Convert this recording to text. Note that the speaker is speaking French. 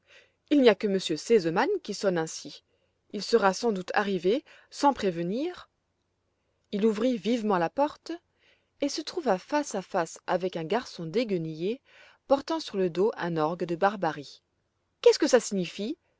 il n'y a que m r sesemann qui sonne ainsi il sera sans doute arrivé sans prévenir il ouvrit vivement la porte et se trouva face à face avec un garçon déguenillé portant sur le dos un orgue de barbarie qu'est-ce que ça signifie